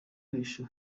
byinshi